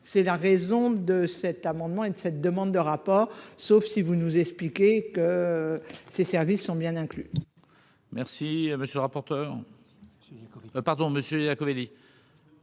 c'est la raison de cet amendement et de cette demande de rapport, sauf si vous nous expliquez que ses services sont bien inclus.